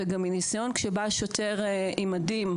וגם מניסיון כשבא שוטר עם מדים,